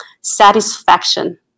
satisfaction